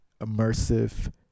Immersive